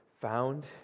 found